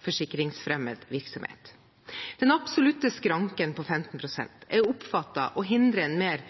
forsikringsfremmed virksomhet. Den absolutte skranken på 15 pst. er oppfattet å hindre en mer